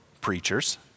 preachers